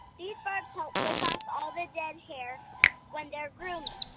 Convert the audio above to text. these barbs help lick off all the dead hair when they're grooming.